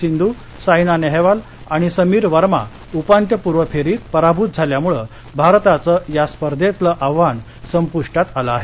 सिंधू साईना नेहवाल आणि समीर वर्मा उपांत्यपूर्व फेरीत पराभूत झाल्यामुळं भारताचं या स्पर्धेतलं आव्हान संपुष्टात आलं आहे